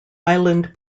island